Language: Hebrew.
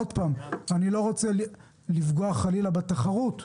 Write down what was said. שוב, אני לא רוצה לפגוע חלילה בתחרות.